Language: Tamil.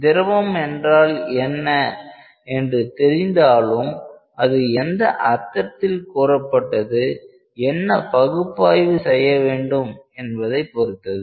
திரவம் என்றால் என்ன என்று தெரிந்தாலும் அது எந்த அர்த்தத்தில் கூறப்பட்டது என்ன பகுப்பாய்வு செய்ய வேண்டும் என்பதை பொறுத்தது